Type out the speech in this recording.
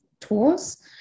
tours